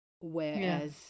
whereas